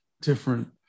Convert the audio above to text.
different